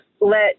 let